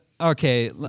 Okay